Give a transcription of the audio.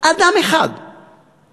אדם אחד שמתאים,